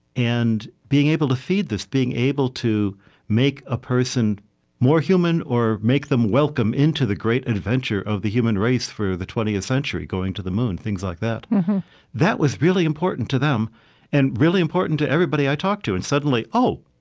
and being able to feed this, being able to make a person more human or make them welcome into the great adventure of the human race for the twentieth century going to the moon, things like that that was really important to them and really important to everybody i talked to. and suddenly oh,